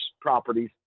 properties